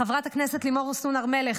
חברת הכנסת לימור סון הר מלך,